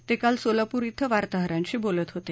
ते काल सोलापूर इथं वार्ताहरांशी बोलत होते